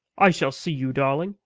i shall see you, darling,